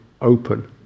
open